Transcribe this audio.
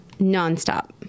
Nonstop